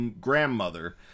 grandmother